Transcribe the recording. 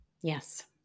Yes